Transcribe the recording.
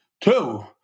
two